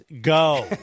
go